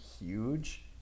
huge